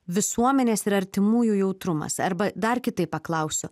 visuomenės ir artimųjų jautrumas arba dar kitaip paklausiu